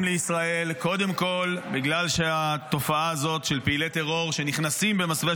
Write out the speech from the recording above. לישראל קודם כול בגלל שהתופעה הזאת של פעילי טרור שנכנסים במסווה